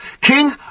king